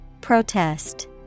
Protest